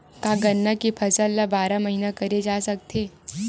का गन्ना के फसल ल बारह महीन करे जा सकथे?